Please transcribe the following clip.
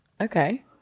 Okay